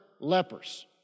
lepers